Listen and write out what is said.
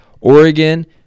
Oregon